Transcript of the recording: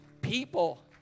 people